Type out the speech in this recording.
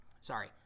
sorry